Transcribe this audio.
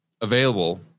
available